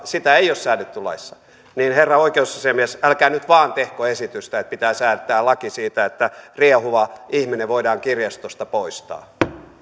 sitä ei ole säädetty laissa joten herra oikeusasiamies älkää nyt vain tehkö esitystä että pitää säätää laki siitä että riehuva ihminen voidaan kirjastosta poistaa